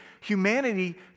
humanity